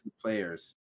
players